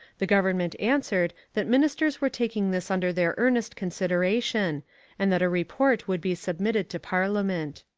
the government answered that ministers were taking this under their earnest consideration and that a report would be submitted to parliament.